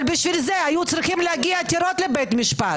אבל בשביל זה היו צריכים להגיע עתירות לבית משפט.